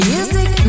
Music